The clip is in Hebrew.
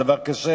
זה דבר קשה.